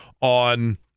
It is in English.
on